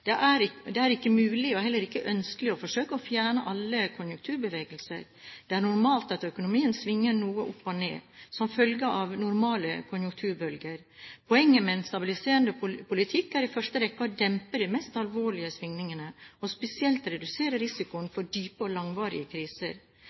Det er ikke mulig, og heller ikke ønskelig, å forsøke å fjerne alle konjunkturbevegelser. Det er normalt at økonomien svinger noe opp og ned som følge av normale konjunkturbølger. Poenget med en stabiliserende politikk er i første rekke å dempe de mest alvorlige svingningene og spesielt redusere risikoen